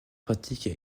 pratique